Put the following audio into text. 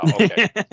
okay